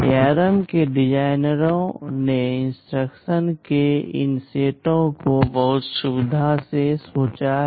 ARM के डिजाइनरों ने इंस्ट्रक्शंस के इन सेटों को बहुत सावधानी से सोचा है